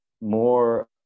more